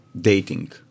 dating